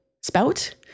spout